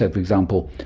ah for example,